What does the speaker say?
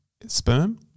sperm